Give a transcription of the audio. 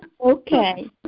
Okay